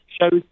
shows